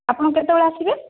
ଆପଣ କେତେବେଳେ ଆସିବେ